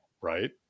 Right